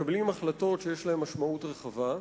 מקבלים החלטות שיש להן משמעות רחבה,